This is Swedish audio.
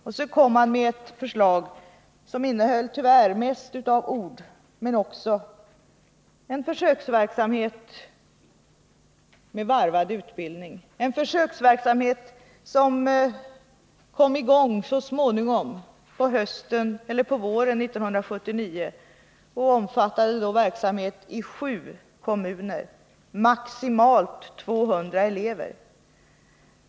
Och regeringen lade fram ett förslag som, tyvärr, mest innehöll ord men också en försöksverksamhet med varvad utbildning —en försöksverksamhet som kom i gång så småningom på våren 1979 och omfattade sju kommuner, maximalt 200 elever.